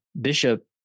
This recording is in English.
bishop